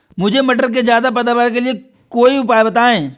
मुझे मटर के ज्यादा पैदावार के लिए कोई उपाय बताए?